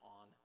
on